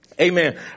Amen